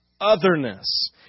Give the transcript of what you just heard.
Otherness